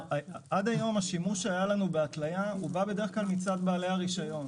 עד היום השימוש שהיה לנו בהתליה הוא בא בדרך כלל מצד בעל הרישיון.